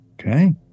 Okay